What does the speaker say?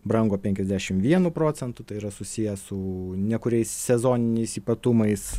brango penkiasdešim vienu procentu tai yra susiję su ne kuriais sezoniniais ypatumais